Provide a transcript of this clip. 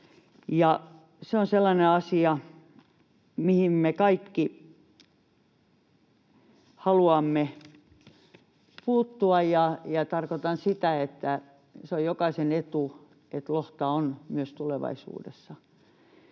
se on sellainen asia, mihin me kaikki haluamme puuttua, ja tarkoitan sitä, että se on jokaisen etu, että lohta on myös tulevaisuudessa.